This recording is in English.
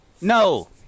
No